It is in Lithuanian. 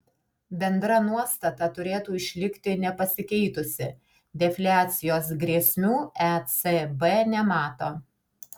bendra nuostata turėtų išlikti nepasikeitusi defliacijos grėsmių ecb nemato